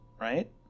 right